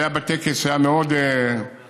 היה טקס יפה,